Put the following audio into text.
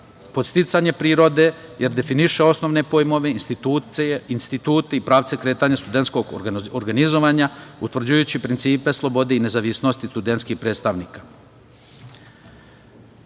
podsticanje prirode, jer definiše osnovne pojmove, institute i pravce kretanja studentskog organizovanja, utvrđujući principe slobode i nezavisnosti studentskih predstavnika. Želim